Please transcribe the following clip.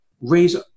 raise